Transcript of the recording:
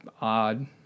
odd